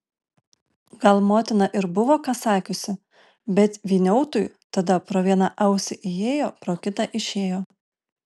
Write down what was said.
gal motina ir buvo ką sakiusi bet vyniautui tada pro vieną ausį įėjo pro kitą išėjo